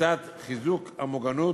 לצד חיזוק המוגנות